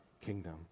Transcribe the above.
kingdom